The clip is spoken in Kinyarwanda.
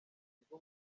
ikigo